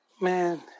Man